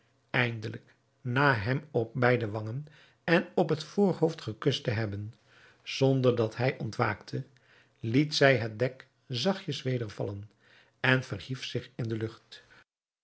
eindelijk na hem op beide wangen en op het voorhoofd gekust te hebben zonder dat hij ontwaakte liet zij het dek zachtjes weder vallen en verhief zich in de lucht